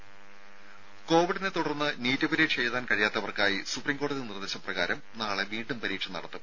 രുര കോവിഡിനെത്തുടർന്ന് നീറ്റ് പരീക്ഷ എഴുതാൻ കഴിയാത്തവർക്കായി സുപ്രീം കോടതി നിർദ്ദേശ പ്രകാരം നാളെ വീണ്ടും പരീക്ഷ നടത്തും